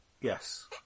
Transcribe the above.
Yes